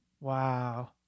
Wow